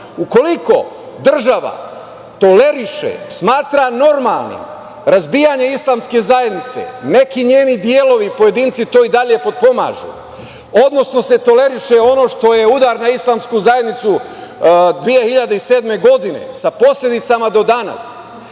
ukoliko država toleriše, smatra normalnim razbijanje islamske zajednice, neki njeni delovi i pojedinci to i dalje potpomažu, odnosno se toleriše ono što je udar na islamsku zajednicu 2007. godine, sa posledicama do danas,